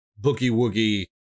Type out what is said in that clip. boogie-woogie